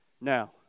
now